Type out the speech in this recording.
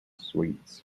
sweets